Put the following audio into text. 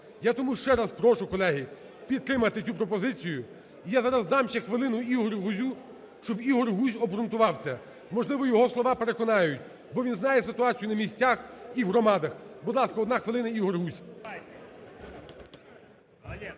Я тому ще раз прошу, колеги, підтримати цю пропозицію. І я зараз дам ще хвилину Ігорю Гузю, щоб Ігор Гузь обґрунтував це. Можливо, його слова переконають, бо він знає ситуацію на місцях і в громадах. Будь ласка, одна хвилина, Ігор Гузь.